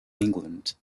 england